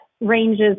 ranges